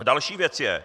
Další věc je.